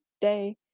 day